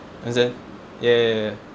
understand ya ya ya ya